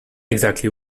exactly